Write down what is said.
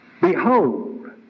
Behold